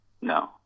No